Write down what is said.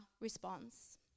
response